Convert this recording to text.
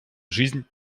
жизнь